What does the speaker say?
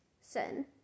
sin